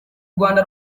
rwanda